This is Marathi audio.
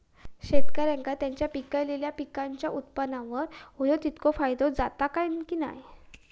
शेतकऱ्यांका त्यांचा पिकयलेल्या पीकांच्या उत्पन्नार होयो तितको फायदो जाता काय की नाय?